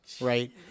right